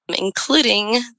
including